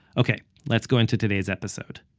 ok, let's go into today's episode